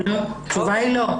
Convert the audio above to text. התשובה היא לא.